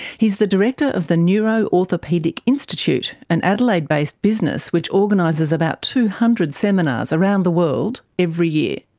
he's the director of the neuro orthopaedic institute, an adelaide based business which organises about two hundred seminars around the world every year.